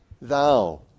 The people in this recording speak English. thou